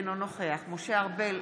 אינו נוכח משה ארבל,